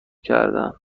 کردن